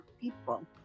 people